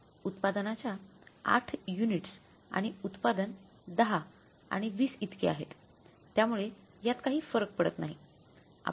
उत्पादनाच्या आठ युनिट्स आणि उत्पादन दहा आणि वीस इतके आहेत त्यामुळे यात काही फरक पडत नाही